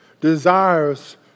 desires